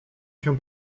się